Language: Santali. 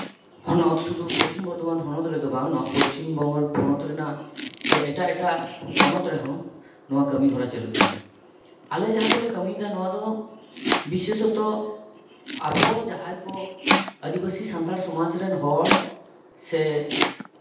ᱦᱚᱱᱚᱛ ᱥᱩᱫᱷᱩ ᱯᱚᱥᱪᱤᱢ ᱵᱚᱨᱫᱷᱚᱢᱟᱱ ᱦᱚᱱᱚᱛ ᱨᱮᱫᱚ ᱵᱟᱝ ᱱᱚᱣᱟ ᱯᱚᱥᱪᱤᱢᱵᱚᱝᱜᱚ ᱯᱚᱱᱚᱛ ᱨᱮᱱᱟᱜ ᱥᱮ ᱮᱴᱟᱜ ᱮᱴᱟᱜ ᱯᱚᱱᱚᱛ ᱨᱮᱦᱚᱸ ᱱᱚᱣᱟ ᱠᱟᱹᱢᱤ ᱦᱚᱨᱟ ᱪᱟᱹᱞᱩᱜ ᱠᱟᱱᱟ ᱟᱞᱮ ᱡᱟᱦᱟᱸ ᱠᱚᱞᱮ ᱠᱟᱹᱢᱤᱭᱫᱟ ᱱᱚᱣᱟ ᱫᱚ ᱵᱤᱥᱮᱥᱚᱛᱚ ᱟᱵᱚ ᱡᱟᱦᱟᱸᱭ ᱠᱚ ᱟᱹᱫᱤᱵᱟᱹᱥᱤ ᱥᱟᱱᱛᱟᱲ ᱥᱚᱢᱟᱡᱽ ᱨᱮᱱ ᱦᱚᱲ ᱥᱮ